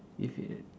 if you